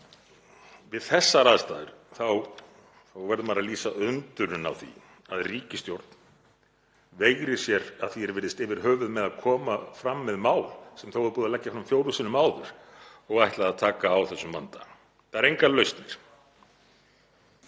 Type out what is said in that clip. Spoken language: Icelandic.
Við þessar aðstæður verður maður að lýsa undrun á því að ríkisstjórn veigri sér, að því er virðist, yfir höfuð við að koma fram með mál sem þó er búið að leggja fram fjórum sinnum áður og var ætlað að taka á þessum vanda. Það eru engar lausnir.